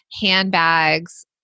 handbags